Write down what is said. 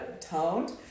toned